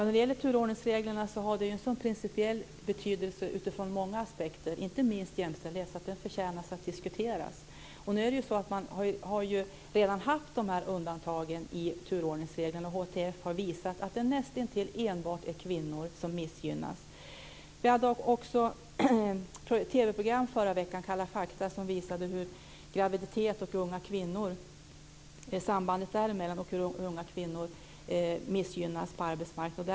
Fru talman! Turordningsreglerna har en principiellt stor betydelse utifrån många aspekter, inte minst från jämställdhetssynpunkt, så de förtjänar att diskuteras. Man har redan haft dessa undantag i turordningsreglerna. HTF har visat att det nästintill enbart är kvinnor som missgynnas. I TV-programmet Kalla Fakta i förra veckan visade man sambandet mellan graviditet och unga kvinnor och hur de missgynnas på arbetsmarknaden.